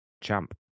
Champ